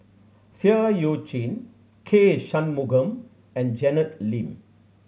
Seah Eu Chin K Shanmugam and Janet Lim